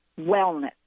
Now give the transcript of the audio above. wellness